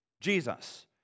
Jesus